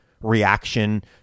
reaction